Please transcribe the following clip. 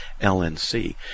LNC